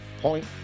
point